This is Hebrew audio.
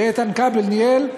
שאיתן כבל ניהל,